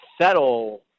settle